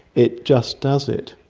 it just does it.